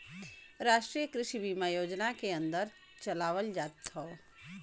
राष्ट्रीय कृषि बीमा योजना के अन्दर चलावल जात हौ